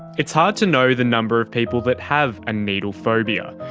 it's hard to know the number of people that have a needle phobia.